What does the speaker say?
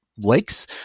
lakes